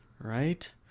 Right